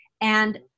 And-